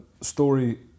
story